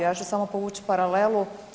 Ja ću samo povući paralelu.